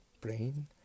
brain